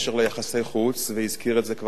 והזכיר את זה כבר חבר הכנסת מג'אדלה.